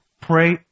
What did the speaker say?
pray